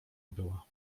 była